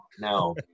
no